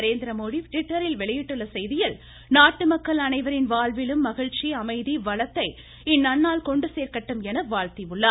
நரேந்திரமோடி ட்விட்டரில் வெளியிட்டுள்ள செய்தியில் நாட்டு மக்கள் அனைவரின் வாழ்விலும் மகிழ்ச்சி அமைதி வளத்தை இந்நன்னாள் கொண்டு சேர்க்கட்டும் என வாழ்த்தியுள்ளார்